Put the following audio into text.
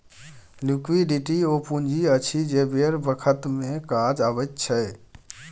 liquidity ओ पुंजी अछि जे बेर बखत मे काज अबैत छै